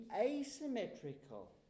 asymmetrical